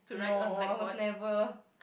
no I was never